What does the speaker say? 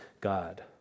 God